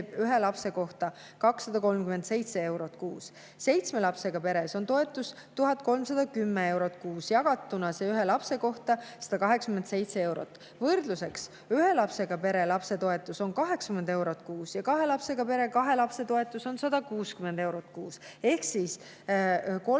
ühe lapse kohta 237 eurot kuus. Seitsme lapsega peres on toetus 1310 eurot kuus, ühe lapse kohta teeb see 187 eurot. Võrdluseks: ühe lapsega pere lapsetoetus on 80 eurot kuus ja kahe lapsega pere kahe lapse toetus on 160 eurot kuus. Ehk kolme